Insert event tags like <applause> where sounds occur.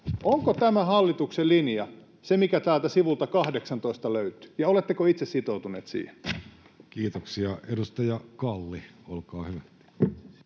onko tämä hallituksen linja se, mikä täältä sivulta 18 löytyy <noise> ja oletteko itse sitoutuneet siihen? Kiitoksia. — Edustaja Kalli, olkaa hyvä.